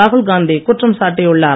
ராகுல் காந்தி குற்றம் சாட்டியுள்ளார்